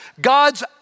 God's